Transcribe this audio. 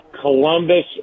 Columbus